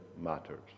matters